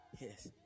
Yes